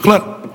בכלל,